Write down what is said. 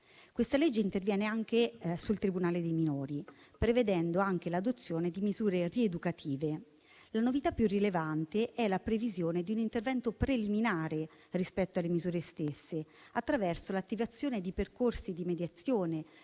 esame interviene anche sul tribunale dei minori, prevedendo l'adozione di misure rieducative. La novità più rilevante è la previsione di un intervento preliminare rispetto alle misure stesse, attraverso l'attivazione di percorsi progressivi